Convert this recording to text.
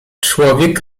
człowiek